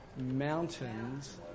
Mountains